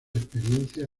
experiencia